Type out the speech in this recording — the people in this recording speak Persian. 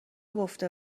گفته